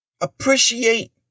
Appreciate